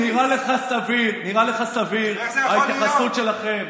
תגיד לי, נראית לך סבירה ההתייחסות שלכם?